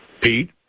Pete